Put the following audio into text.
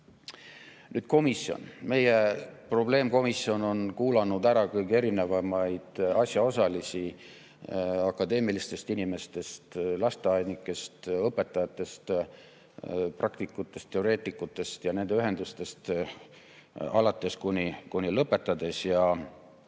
Nüüd komisjonist. Meie probleemkomisjon on kuulanud ära kõige erinevamaid asjaosalisi alates akadeemilistest inimestest, lasteaednikest, õpetajatest, praktikutest, teoreetikutest ja nende ühendustest. Ja need